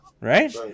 right